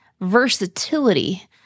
versatility